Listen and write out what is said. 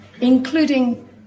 including